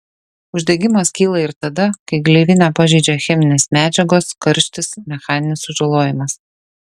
uždegimas kyla ir tada kai gleivinę pažeidžia cheminės medžiagos karštis mechaninis sužalojimas